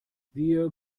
wir